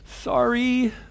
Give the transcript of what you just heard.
sorry